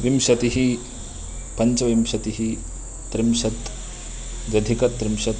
विंशतिः पञ्चविंशतिः त्रिंशत् द्वधिकत्रिंशत्